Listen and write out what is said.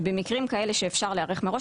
ובמקרים כאלה שאפשר להיערך מראש,